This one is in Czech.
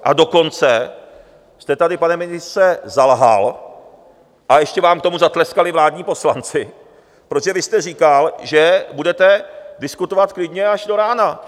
A dokonce jste tady, pane ministře, zalhal a ještě vám k tomu zatleskali vládní poslanci, protože vy jste říkal, že budete diskutovat klidně až do rána.